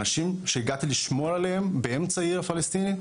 אנשים שהגעתי לשמור עליהם באמצע העיר הפלסטינית,